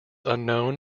unknown